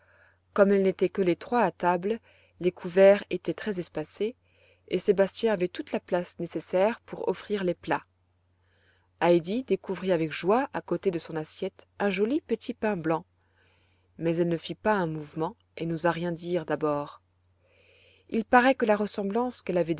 comme elles n'étaient que les trois à table les couverts étaient très espacés et sébastien avait toute la place nécessaire pour offrir les plats heidi découvrit avec joie à côté de son assiette un joli petit pain blanc mais elle ne fit pas un mouvement et n'osa rien dire d'abord il paraît que la ressemblance qu'elle avait